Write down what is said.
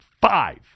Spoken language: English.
Five